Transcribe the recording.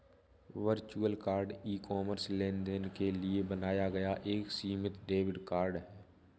virtual card e commerce लेनदेन के लिए बनाया गया एक सीमित डेबिट कार्ड है